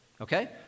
Okay